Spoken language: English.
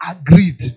agreed